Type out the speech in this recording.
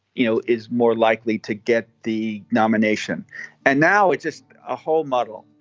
you know, is more likely to get the nomination and now it's just a whole muddle.